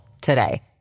today